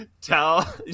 tell